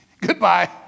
Goodbye